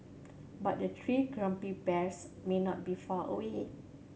but the three grumpy bears may not be far away